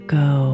go